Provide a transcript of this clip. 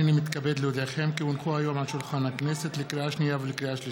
אני קובעת כי הצעת חוק הפיקוח על מצרכים ושירותים (תיקון,